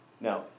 Now